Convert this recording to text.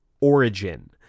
origin